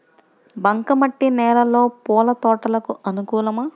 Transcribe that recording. బంక మట్టి నేలలో పూల తోటలకు అనుకూలమా?